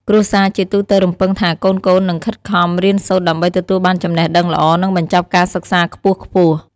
គ្រួសារជាទូទៅរំពឹងថាកូនៗនឹង ខិតខំរៀនសូត្រដើម្បីទទួលបានចំណេះដឹងល្អ និងបញ្ចប់ការសិក្សាខ្ពស់ៗ។